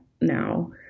now